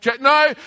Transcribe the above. No